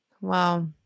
Wow